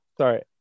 Sorry